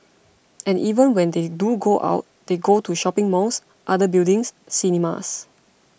and even when they do go out they go to shopping malls other buildings cinemas